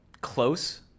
Close